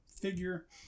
figure